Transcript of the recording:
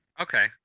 Okay